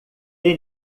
the